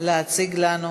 תציג לנו